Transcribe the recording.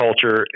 culture